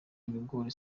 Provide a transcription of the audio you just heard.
ibigori